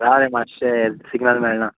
राव रे मातशें सिग्नल मेळना